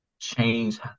change